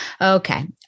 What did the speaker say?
Okay